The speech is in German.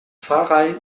pfarrei